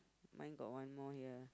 mine got one more here